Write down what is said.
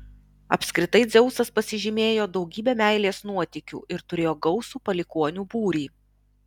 apskritai dzeusas pasižymėjo daugybe meilės nuotykių ir turėjo gausų palikuonių būrį